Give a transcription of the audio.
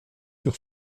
sur